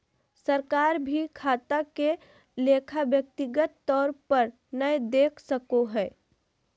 सरकार भी खाता के लेखा व्यक्तिगत तौर पर नय देख सको हय